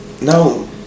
No